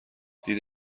دید